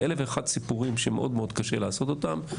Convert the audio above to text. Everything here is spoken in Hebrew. זה אלף ואחד סיפורים שמאוד קשה לעשות אותם.